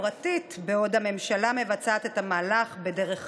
פרטית בעוד הממשלה מבצעת את המהלך בדרך המלך,